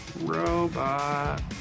Robot